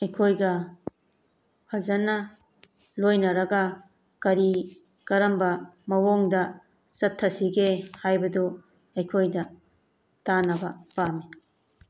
ꯑꯩꯈꯣꯏꯒ ꯐꯖꯅ ꯂꯣꯏꯅꯔꯒ ꯀꯔꯤ ꯀꯔꯝꯕ ꯃꯑꯣꯡꯗ ꯆꯠꯊꯁꯤꯒꯦ ꯍꯥꯏꯕꯗꯨ ꯑꯩꯈꯣꯏꯗ ꯇꯥꯟꯅꯕ ꯄꯥꯝꯃꯤ